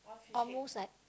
almost like